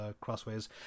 crossways